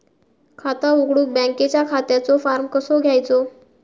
खाता उघडुक बँकेच्या खात्याचो फार्म कसो घ्यायचो?